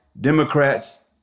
Democrats